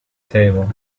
table